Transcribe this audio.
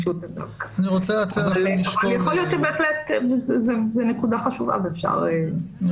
אבל יכול להיות שזו נקודה חשובה ואפשר --- אני